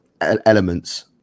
elements